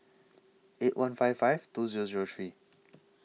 eight one five five two Zero Zero three